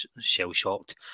shell-shocked